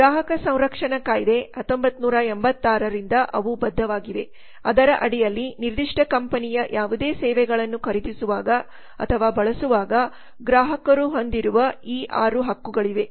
ಗ್ರಾಹಕ ಸಂರಕ್ಷಣಾ ಕಾಯ್ದೆ 1986 ರಿಂದಅವುಬದ್ಧವಾಗಿವೆ ಅದರ ಅಡಿಯಲ್ಲಿ ನಿರ್ದಿಷ್ಟ ಕಂಪನಿಯ ಯಾವುದೇ ಸೇವೆಗಳನ್ನು ಖರೀದಿಸುವಾಗ ಅಥವಾ ಬಳಸುವಾಗ ಗ್ರಾಹಕರು ಹೊಂದಿರುವ 6 ಹಕ್ಕುಗಳಿವೆ